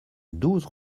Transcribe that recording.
douze